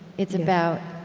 it's about